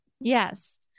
Yes